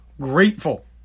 grateful